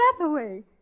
away